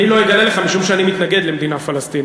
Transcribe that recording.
אני לא אגלה לך, משום שאני מתנגד למדינה פלסטינית.